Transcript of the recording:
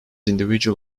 individual